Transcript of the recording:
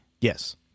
Yes